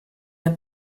der